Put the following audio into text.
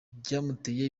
byamuteye